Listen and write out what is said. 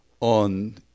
on